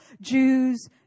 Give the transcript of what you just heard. Jews